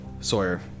Sawyer